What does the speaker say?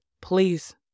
please